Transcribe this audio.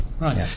Right